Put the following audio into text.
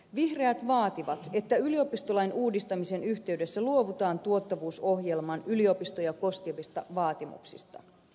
vihreät vaativat että yliopistolain uudistamisen yhteydessä luovutaan tuottavuusohjelman yliopistoja koskevista vaatimuksista